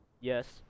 Yes